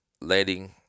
letting